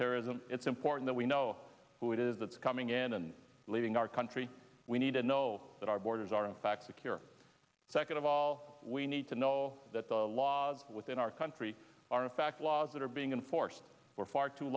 terrorism it's important that we know who it is that's coming in and leading our country we need to know that our borders are in fact secure second of all we need to know that the laws within our country are in fact laws that are being enforced for far too